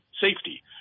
safety